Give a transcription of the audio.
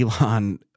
Elon